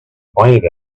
pointed